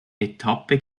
etappe